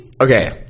Okay